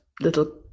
little